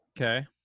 Okay